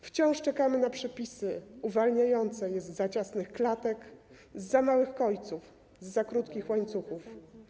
Wciąż czekamy na przepisy uwalniające je zza ciasnych klatek, zza małych kojców, zza krótkich łańcuchów.